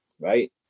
right